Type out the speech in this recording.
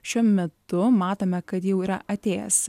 šiuo metu matome kad jau yra atėjęs